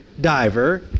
diver